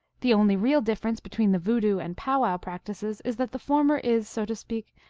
the only real difference between the voodoo and pow-wow practices is that the former is, so to speak,